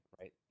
right